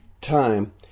time